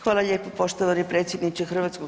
Hvala lijepo poštovani predsjedniče HS.